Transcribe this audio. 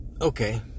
Okay